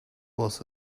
was